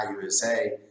USA